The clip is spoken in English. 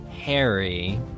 Harry